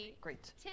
Great